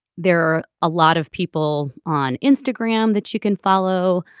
there are a lot of people on instagram that you can follow.